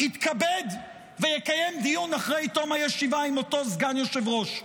יתכבד ויקיים דיון אחרי תום הישיבה עם אותו סגן יושב-ראש,